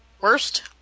Worst